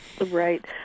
Right